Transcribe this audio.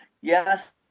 Yes